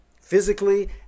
physically